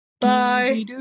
Bye